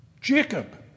Jacob